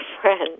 friends